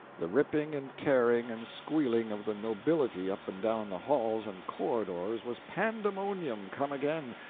the ripping and tearing and squealing of the nobility up and down the halls and corridors was pandemonium come again,